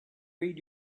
read